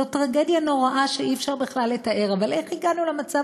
זו טרגדיה נוראה שאי-אפשר בכלל לתאר אבל איך הגענו למצב